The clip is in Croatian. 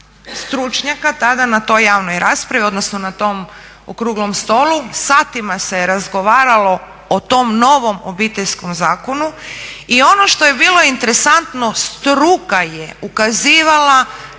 stručnjaka tada na toj javnoj raspravi odnosno na tom okruglom stolu, satima se razgovaralo o tom novom Obiteljskom zakonu i ono što je bilo interesantno struka je ukazivala